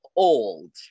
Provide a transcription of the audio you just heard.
Old